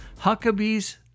Huckabee's